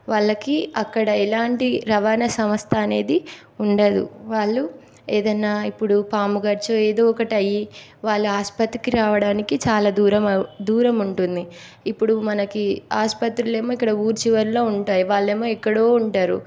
వాళ్ళకి అక్కడ ఎలాంటి రవాణా సంస్థ అనేది ఉండదు వాళ్ళు ఏదన్నా ఇప్పుడు పాము కరిచి ఏదో ఒకటి అయ్యి వాళ్ళు ఆసుపత్రికి రావడానికి చాలా దూరం అవు దూరం ఉంటుంది ఇప్పుడు మనకి ఆసుపత్రులు ఏమో ఇక్కడ ఊరి చివరిలో ఉంటాయి వాళ్ళు ఏమో ఎక్కడో ఉంటారు